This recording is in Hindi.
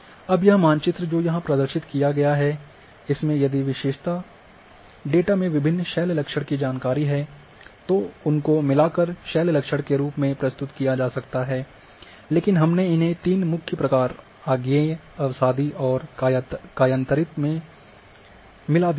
अब यह मानचित्र जो यहां प्रदर्शित किया गया है इसमें यदि विशेषता डेटा में विभिन्न शैल लक्षण की जानकारी है तो उनको मिलाकर शैल लक्षण के रूप में प्रस्तुत किया जा सकता है लेकिन हमने इन्हें तीन मुख्य प्रकार आग्नेय अवसादी और कायांतरित में मिला दिया है